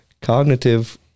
cognitive